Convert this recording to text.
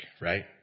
Right